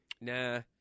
Nah